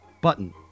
button